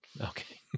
Okay